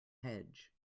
hedge